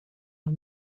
nog